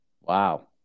Wow